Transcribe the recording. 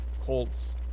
colts